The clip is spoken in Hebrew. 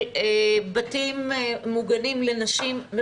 של בתים מוגנים לנשים,